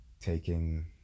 taking